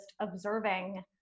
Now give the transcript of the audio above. observing